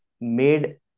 made